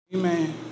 Amen